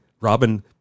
Robin